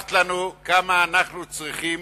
הוכחת לנו כמה אנחנו צריכים,